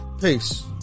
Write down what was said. Peace